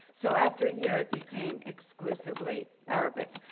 so after a year it became exclusively arabic.